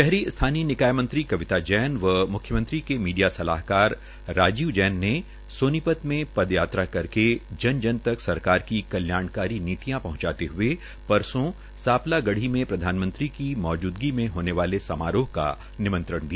शहरी स्थानीय निकाय मंत्री कविता जैन व मुख्यमंत्री के मीडिया सलाहकार राजीव जैन ने सोनीपत में पदयात्रा करके जन जन तक सरकार की कल्याणकारी नीतियां पहचाते हए परसों सांपला गढ़ी में प्रधानमंत्री की मौजूदगी में होने वाले समारोह का निमत्रंण दिया